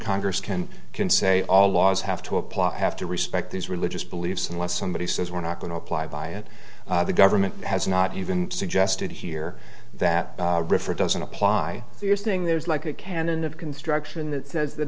congress can can say all laws have to apply have to respect his religious beliefs unless somebody says we're not going to apply by it the government has not even suggested here that refer doesn't apply so you're saying there's like a canon of construction that says that